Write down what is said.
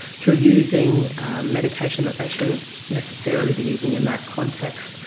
through using medication that they shouldn't necessarily be using in that context,